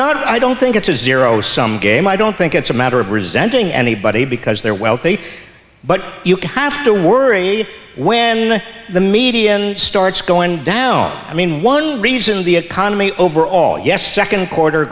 not i don't think it's a zero sum game i don't think it's a matter of resenting anybody because they're wealthy but you have to worry when the media starts going down i mean one reason the economy overall yes second quarter